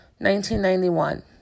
1991